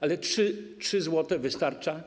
Ale czy 3 zł wystarcza?